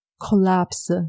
collapse